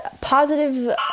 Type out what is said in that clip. Positive